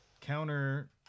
counter